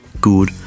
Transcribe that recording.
good